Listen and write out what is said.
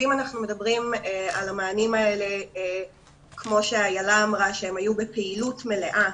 ואם אנחנו מדברים על המענים האלה כמו שאיילה אמרה שהם היו בפעילות מלאה